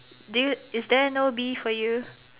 do you is there no bee for you